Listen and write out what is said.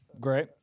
Great